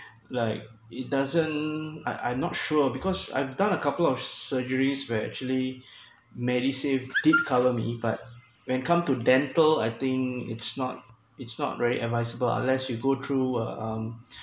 like it doesn't I I'm not sure because I've done a couple of surgeries where actually medisave did cover me but when come to dental I think it's not it's not very advisable unless you go through uh um